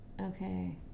Okay